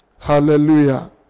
Hallelujah